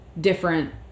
different